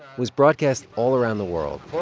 was broadcast all around the world